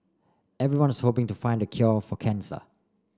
everyone's hoping to find the cure for cancer